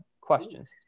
questions